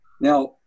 now